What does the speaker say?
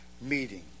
meeting